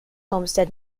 homestead